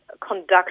conduct